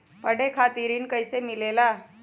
पढे खातीर ऋण कईसे मिले ला?